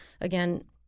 again